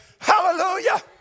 Hallelujah